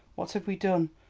what have we done?